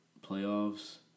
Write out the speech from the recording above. Playoffs